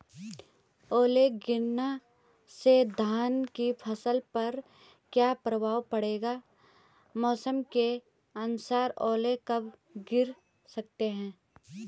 ओले गिरना से धान की फसल पर क्या प्रभाव पड़ेगा मौसम के अनुसार ओले कब गिर सकते हैं?